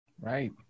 Right